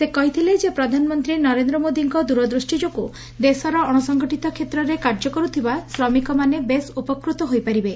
ସେ କହିଥିଲେ ଯେ ପ୍ରଧାନମନ୍ତୀ ନରେନ୍ଦ୍ର ମୋଦିଙ୍କ ଦୂରଦୂଷ୍ ଯୋଗୁଁ ଦେଶର ଅଶସଂଗଠିତ କେତ୍ରରେ କାର୍ଯ୍ୟ କରୁଥିବା ଶ୍ରମିକମାନେ ବେଶ୍ ଉପକୃତ ହୋଇପାରିବେ